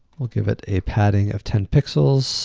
we'll give it a padding of ten pixels